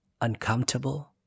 uncomfortable